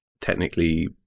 technically